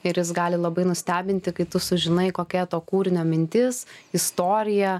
ir jis gali labai nustebinti kai tu sužinai kokia to kūrinio mintis istorija